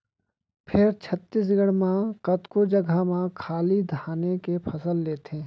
फेर छत्तीसगढ़ म कतको जघा म खाली धाने के फसल लेथें